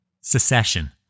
secession